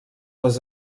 les